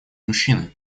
мужчины